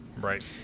Right